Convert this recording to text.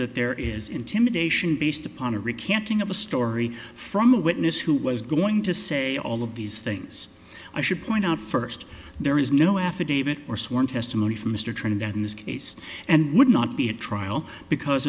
there is intimidation based upon a recant thing of a story from a witness who was going to say all of these things i should point out first there is no affidavit or sworn testimony from mr trinidad in this case and would not be a trial because